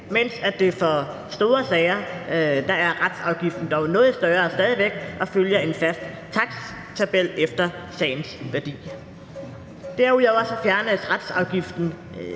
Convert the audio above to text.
Retsafgiften for store sager er dog stadig væk noget større og følger en fast taksttabel efter sagens værdi. Derudover fjernes retsafgiften